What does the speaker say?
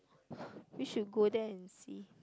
we should go there and see